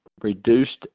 reduced